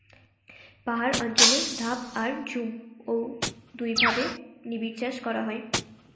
পাহাড় অঞ্চলে ধাপ আর ঝুম ঔ দুইভাবে নিবিড়চাষ করা হয়